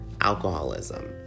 alcoholism